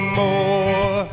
more